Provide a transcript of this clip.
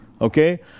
okay